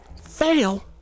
fail